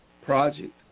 project